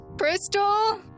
Crystal